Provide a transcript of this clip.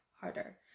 harder